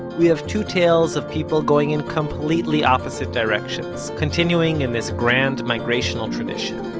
we have two tales, of people going in completely opposite directions, continuing in this grand migrational tradition.